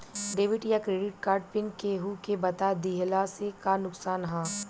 Debit या credit card pin केहूके बता दिहला से का नुकसान ह?